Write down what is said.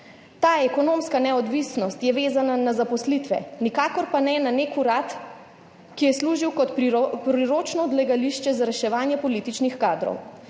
Ta ekonomska neodvisnost je vezana na zaposlitve, nikakor pa ne na nek urad, ki je služil kot priročno odlagališče za reševanje političnih kadrov.